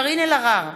קארין אלהרר,